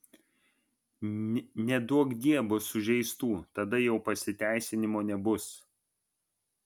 neduokdie bus sužeistų tada jau pasiteisinimo nebus